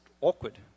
awkward